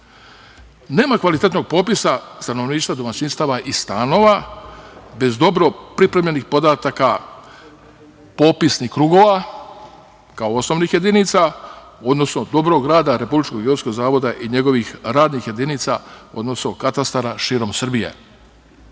Nema kvalitetnog popisa stanovništva, domaćinstava i stanova, bez dobro pripremljenih podataka popisnih krugova, kao osnovnih jedinica, odnosno dobrog rada Republičkog geodetskog zavoda i njegovih radnih jedinica, odnosno katastara, širom Srbije. Ja